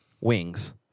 wings